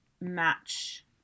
match